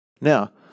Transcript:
Now